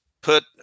put